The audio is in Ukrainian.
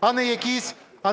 а